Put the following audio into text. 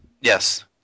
Yes